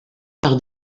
par